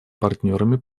партнерами